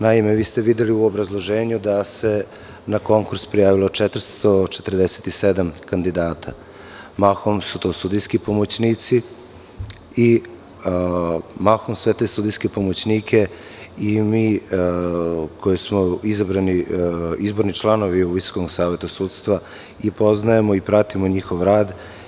Naime, videli ste u obrazloženju da se na konkurs prijavilo 447 kandidata, mahom su to sudijski pomoćnici i mahom sve te sudijske pomoćnike i mi koji smo izabrani, izborni članovi u VSS, i poznajemo i pratimo njihov rad.